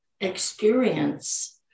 experience